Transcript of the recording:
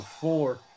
four